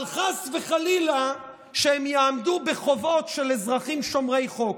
אבל חס וחלילה שהם יעמדו בחובות של אזרחים שומרי חוק.